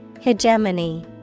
Hegemony